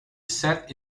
sat